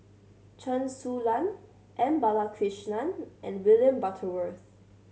Chen Su Lan M Balakrishnan and William Butterworth